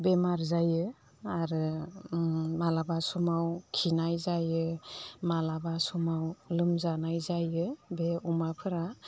बेमार जायो आरो माब्लाबा समाव खिनाय जायो माब्लाबा समाव लोमजानाय जायो बे अमाफोरा